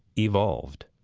evolved.